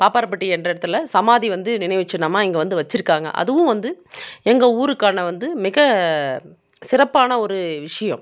பாப்பாரபட்டி என்ற இடத்துல சமாதி வந்து நினைவு சின்னமாக இங்கே வந்து வைச்சிருக்காங்க அதுவும் வந்து எங்கள் ஊருக்கான வந்து மிக சிறப்பான ஒரு விஷயம்